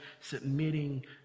submitting